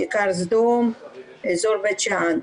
כיכר סדום, אזור בית שאן.